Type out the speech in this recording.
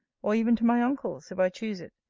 or even to my uncles, if i choose it.